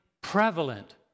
prevalent